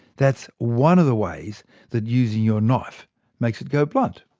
that's one of the ways that using your knife makes it go blunt.